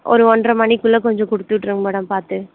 ஒரு ஒன்றரை மணிக்குள்ள கொஞ்சம் கொடுத்து விட்ருங்க மேடம் பார்த்து